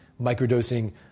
microdosing